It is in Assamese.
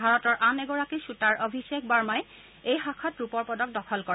ভাৰতৰ আন এগৰাকী খুটাৰ অভিশেখ বাৰ্মাই এই শাখাত ৰূপৰ পদক দখল কৰে